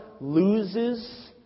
loses